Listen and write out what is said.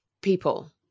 people